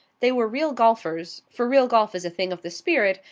they were real golfers, for real golf is a thing of the spirit,